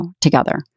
together